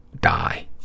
die